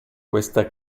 questa